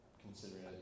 considering